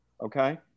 okay